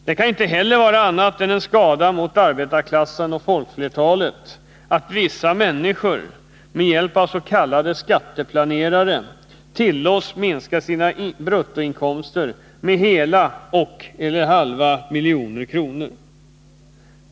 Det kan inte heller vara annat än till skada för arbetarklassen och folkflertalet att vissa människor, med hjälp av s.k. skatteplanerare, tillåts minska sina bruttoinkomster med hela och/eller halva miljoner kronor.